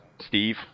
Steve